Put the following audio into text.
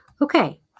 Okay